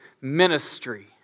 ministry